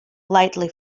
lightly